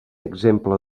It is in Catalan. exemple